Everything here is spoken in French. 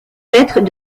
maîtres